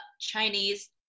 Chinese